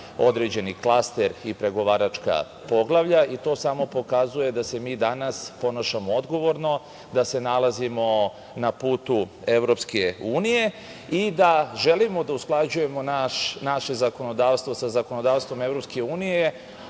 određeni klaster i pregovaračka poglavlja. To samo pokazuje da se mi danas ponašamo odgovorno, da se nalazimo na putu EU i da želimo da usklađujemo naše zakonodavstvo za zakonodavstvom EU. Ono